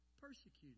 persecuted